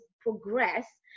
progress